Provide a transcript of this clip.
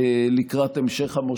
היא מאפשרת לכל אלה בפריפריה לבוא לרכוש